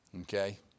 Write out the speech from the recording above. Okay